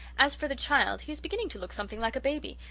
as for the child, he is beginning to look something like a baby,